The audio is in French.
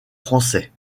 français